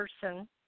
person